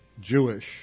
Jewish